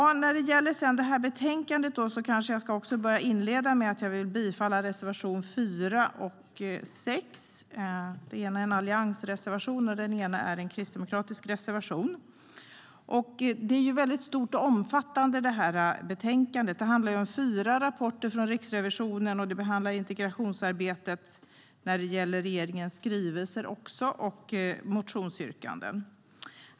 När det gäller betänkandet vill jag inleda med att yrka bifall till reservationerna 4 och 6. Den ena är en alliansreservation och den andra är en kristdemokratisk reservation. Betänkandet omfattar ett väldigt stort område. Det handlar om fyra rapporter från Riksrevisionen och om regeringens skrivelser om integrationsarbetet. Dessutom finns det ett antal motionsyrkanden.